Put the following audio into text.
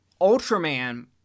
Ultraman